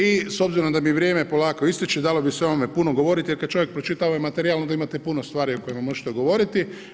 I s obzirom da mi vrijeme polako ističe, dalo bi se o ovome puno govoriti jer kada čovjek pročita ovaj materijal, onda imate puno stvari o kojima možete govoriti.